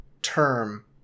term